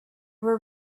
were